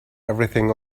everything